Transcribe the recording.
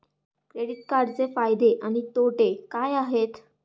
Credit कार्डचे फायदे आणि तोटे काय आहेत?